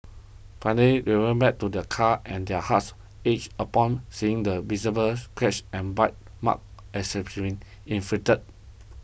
finally they went back to their car and their hearts ached upon seeing the visible scratches and bite marks inflicted